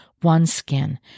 OneSkin